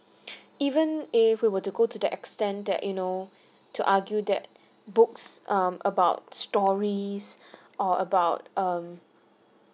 even if we were to go to the extent that you know to argue that books um about stories or about um